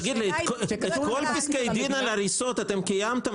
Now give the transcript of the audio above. את כל פסקי הדין על הריסות קיימתם?